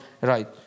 right